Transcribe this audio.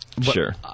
Sure